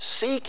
Seek